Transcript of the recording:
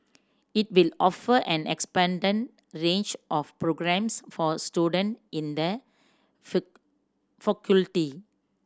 it will offer an expanded range of programmes for student in the faculty